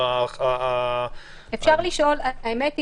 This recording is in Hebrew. אורי